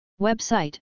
Website